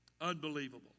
unbelievable